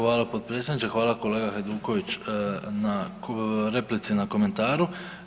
Hvala potpredsjedniče, hvala kolega Hajduković na replici, na komentaru.